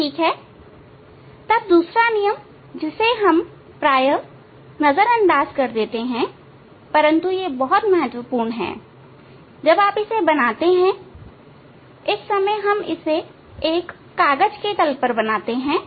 ठीक तब दूसरा नियम जिसे हम प्रायः नजरअंदाज करते हैं परंतु यह बात बहुत महत्वपूर्ण है जब आप इसे बनाते हैं इस समय हम इसे एक कागज के तल पर बनाते हैं